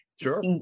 sure